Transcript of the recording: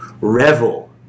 Revel